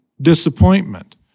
disappointment